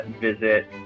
visit